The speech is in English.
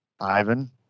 Ivan